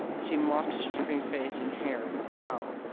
as he mopped his dripping face and hair with the towel.